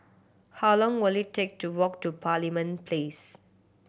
how long will it take to walk to Parliament Place